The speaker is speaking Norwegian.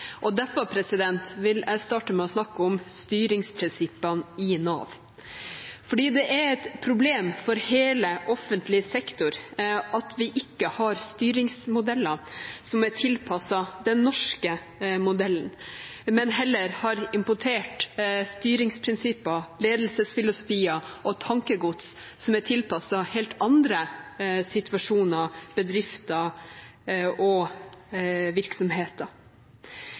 og en sak som er viktig for absolutt alle i dette landet på forskjellige tidspunkter i livet. Selv om en livssituasjon kan være vanskelig, skal møtet med velferden være god. Derfor vil jeg starte med å snakke om styringsprinsippene i Nav. Det er et problem for hele offentlig sektor at vi ikke har styringsmodeller som er tilpasset den norske modellen,